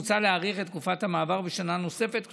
מוצע להאריך את תקופת המעבר בשנה נוספת,